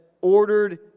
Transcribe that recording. ordered